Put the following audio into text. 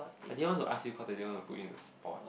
I didn't want to you cause I didn't want put in a sport